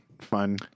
fun